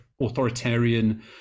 authoritarian